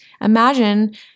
imagine